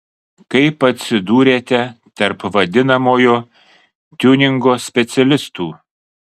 kaip atsidūrėte tarp vadinamojo tiuningo specialistų